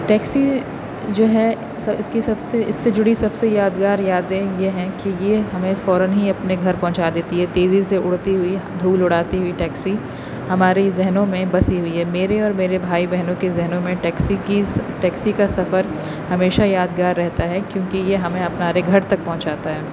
taxi جو ہے اس کی سب سے اس سے جڑی سب سے یادگار یادیں یہ ہیں کہ یہ ہمیں فوراً ہی اپنے گھر پہنچا دیتی ہے تیزی سے اڑتی ہوئی دھول اڑاتی ہوئی ٹیکسی ہمارے ذہنوں میں بسی ہوئی ہے میرے اور میرے بھائی کے ذہنوں میں ٹیکسی کی ٹیکسی کا سفر ہمیشہ یادگار رہتا ہے کیونکہ یہ ہمیں ہمارے گھر تک پہنچاتا ہے